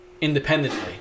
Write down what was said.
independently